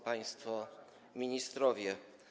Państwo Ministrowie!